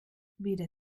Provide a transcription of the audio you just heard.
weder